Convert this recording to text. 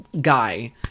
guy